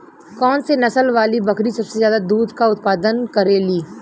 कौन से नसल वाली बकरी सबसे ज्यादा दूध क उतपादन करेली?